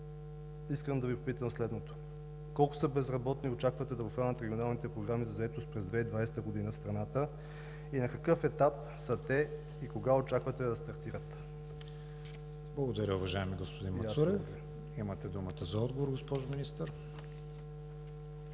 искам да Ви попитам следното: колко безработни очаквате да обхванат регионалните програми за заетост през 2020 г. в страната, на какъв етап са те и кога очаквате да стартират? ПРЕДСЕДАТЕЛ КРИСТИАН ВИГЕНИН: Благодаря, уважаеми господин Мацурев. Имате думата за отговор, госпожо Министър.